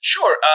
Sure